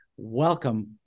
Welcome